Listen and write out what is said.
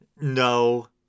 no